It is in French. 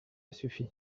suffit